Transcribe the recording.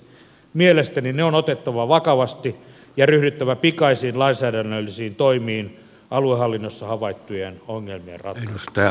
mielestäni ne on otettava vakavasti ja ryhdyttävä pikaisiin lainsäädännöllisiin toimiin aluehallinnossa havaittujen ongelmien ratkaisemiseksi